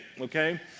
okay